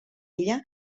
ella